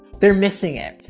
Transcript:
they're missing it.